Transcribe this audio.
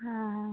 ହଁ